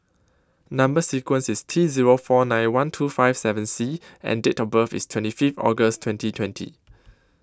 Number sequence IS T Zero four nine one two five seven C and Date of birth IS twenty Fifth August twenty twenty